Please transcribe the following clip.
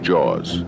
Jaws